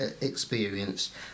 experience